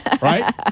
right